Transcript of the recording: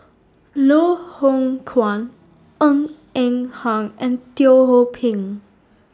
Loh Hoong Kwan Ng Eng Hang and Teo Ho Pin